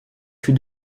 fût